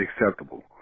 acceptable